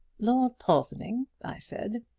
lord porthoning, i said,